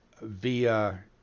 via